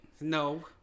No